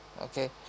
Okay